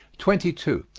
twenty two.